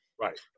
Right